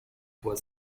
was